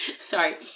Sorry